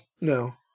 no